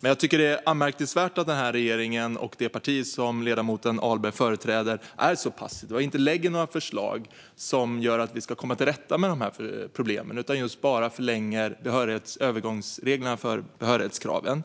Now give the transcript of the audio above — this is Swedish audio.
Men jag tycker att det är anmärkningsvärt att den här regeringen och det parti som ledamoten Ahlberg företräder är så passiva och inte lägger fram några förslag som gör att vi kan komma till rätta med de här problemen utan bara förlänger övergångsreglerna för behörighetskraven.